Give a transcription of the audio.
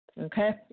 okay